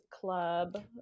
club